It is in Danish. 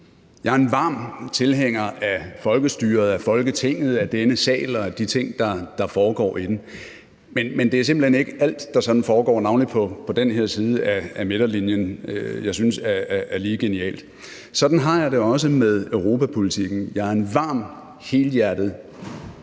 jeg er en varm tilhænger af folkestyret, af Folketinget, af denne sal og af de ting, der foregår i den. Men det er simpelt hen ikke alt, der sådan foregår, navnlig på den her side af midterlinjen, jeg synes er lige genialt. Sådan har jeg det også med europapolitikken. Jeg er en varm og